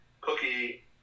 Cookie